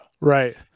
Right